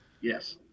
Yes